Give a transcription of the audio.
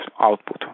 output